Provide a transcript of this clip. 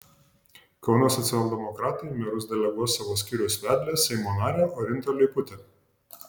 kauno socialdemokratai į merus deleguos savo skyriaus vedlę seimo narę orintą leiputę